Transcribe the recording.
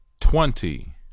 Twenty